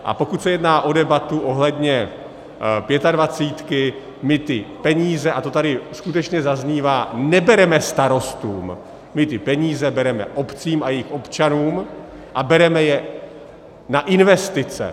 A pokud se jedná o debatu ohledně Pětadvacítky, my ty peníze a to tady skutečně zaznívá nebereme starostům, my ty peníze bereme obcím a jejich občanům a bereme je na investice.